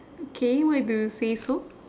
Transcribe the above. okay why do you say so